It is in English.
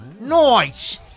noise